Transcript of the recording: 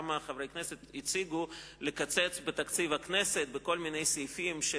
כמה חברי כנסת הציעו לקצץ בתקציב הכנסת בכל מיני סעיפים,